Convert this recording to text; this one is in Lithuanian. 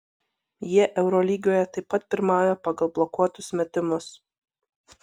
jie eurolygoje taip pat pirmauja pagal blokuotus metimus